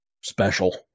special